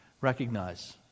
recognize